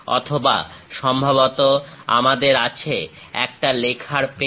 অথবা সম্ভবত আমাদের আছে একটা লেখার পেন